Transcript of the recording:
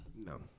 No